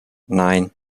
nein